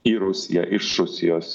į rusiją iš rusijos